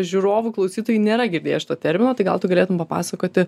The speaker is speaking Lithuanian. žiūrovų klausytojų nėra girdėję šito termino tai gal tu galėtum papasakoti